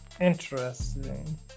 Interesting